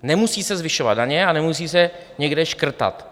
Nemusí se zvyšovat daně a nemusí se někde škrtat.